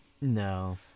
No